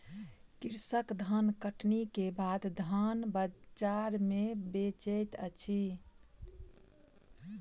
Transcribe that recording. कृषक धानकटनी के बाद धान बजार में बेचैत अछि